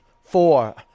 four